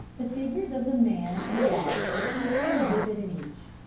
the figures of the man and the dogs were equally vivid in each.